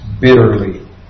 bitterly